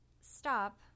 stop